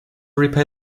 repay